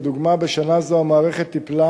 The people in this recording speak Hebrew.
לדוגמה, בשנה זו המערכת טיפלה